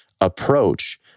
approach